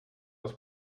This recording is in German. aus